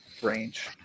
range